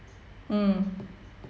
mm